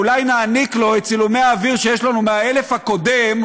אולי נעניק לו את צילומי האוויר שיש לנו מהאלף הקודם,